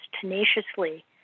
tenaciously